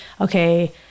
okay